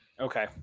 Okay